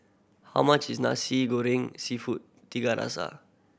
how much is Nasi Goreng Seafood Tiga Rasa